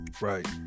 Right